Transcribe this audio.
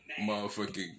motherfucking